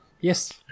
Yes